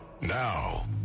Now